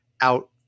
out